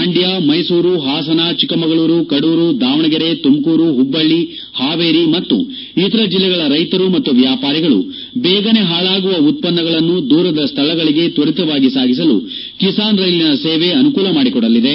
ಮಂಡ್ಯ ಮೈಸೂರು ಹಾಸನ ಚಿಕ್ಕಮಗಳೂರು ಕಡೂರು ದಾವಣಗೆರೆ ತುಮಕೂರು ಹುಬ್ಬಳ್ಳ ಹಾವೇರಿ ಮತ್ತು ಇತರ ಜಿಲ್ಲೆಗಳ ರೈತರು ಮತ್ತು ವ್ಯಾಪಾರಿಗಳು ಬೇಗನೆ ಹಾಳಾಗುವ ಉತ್ತನ್ನಗಳನ್ನು ದೂರದ ಸ್ಥಳಗಳಿಗೆ ತ್ವರಿತವಾಗಿ ಸಾಗಿಸಲು ಕಿಸಾನ್ ರೈಲಿನ ಸೇವೆ ಅನುಕೂಲ ಮಾಡಿಕೊಡಲಿದೆ